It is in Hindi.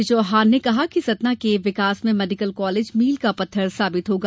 मुख्यमंत्री ने कहा कि सतना के विकास में मेडिकल कॉलेज मील का पत्थर साबित होगा